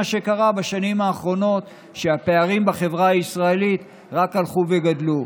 מה שקרה בשנים האחרונות הוא שהפערים בחברה הישראלית רק הלכו וגדלו.